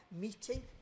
meeting